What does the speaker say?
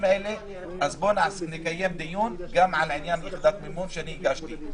אז בואו נקיים דיון גם על עניין יחידת המימון שהגשתי.